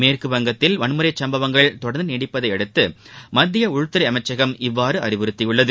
மேற்கு வங்கத்தில் வன்முறைசப்பவங்கள் தொடர்ந்துநீடிப்பதையடுத்துமத்தியஉள்துறைஅமைச்சகம் இவ்வாறுஅறிவுறுத்தியுள்ளது